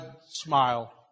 smile